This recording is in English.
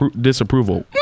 disapproval